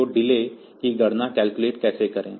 तो डिले की गणना कैसे करें